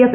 F